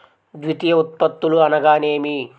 ద్వితీయ ఉత్పత్తులు అనగా నేమి?